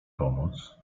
pomóc